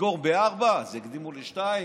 נסגור ב-16:00, אז יקדימו ל-14:00?